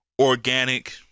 Organic